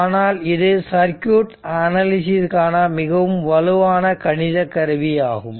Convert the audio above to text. ஆனால் இது circuit analysis கான மிகவும் வலுவான கணித கருவி ஆகும்